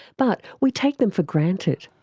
but we take them for granted.